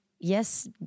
yes